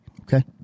Okay